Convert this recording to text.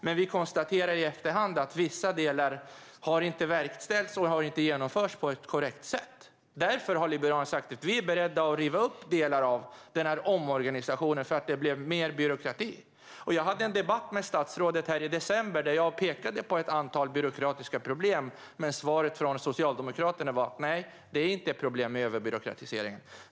Men vi konstaterar i efterhand att vissa delar inte har verkställts och genomförts på ett korrekt sätt. Därför har vi i Liberalerna sagt att vi är beredda att riva upp delar av denna omorganisation. Det blev nämligen mer byråkrati. Jag hade en debatt med statsrådet här i december, där jag pekade på ett antal byråkratiska problem. Men svaret från Socialdemokraterna var: Nej, det är inte problem med överbyråkratisering.